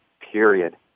period